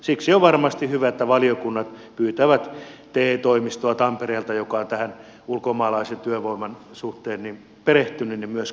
siksi on varmasti hyvä että valiokunnat pyytävät tampereen te toimistoa joka on tähän ulkomaalaisen työvoiman suhteen perehtynyt myös kuultavaksi